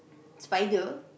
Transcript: spider